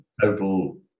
total